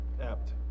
Apt